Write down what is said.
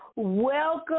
welcome